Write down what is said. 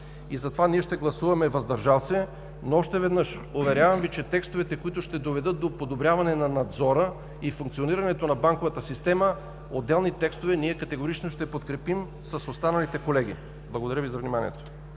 и затова ще гласуваме „въздържал се“, но още веднъж Ви уверявам, че отделни текстове, които ще доведат до подобряване на надзора и функционирането на банковата система, категорично ще подкрепим с останалите колеги. Благодаря Ви за вниманието.